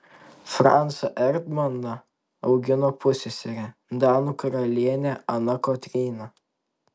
francą erdmaną augino pusseserė danų karalienė ana kotryna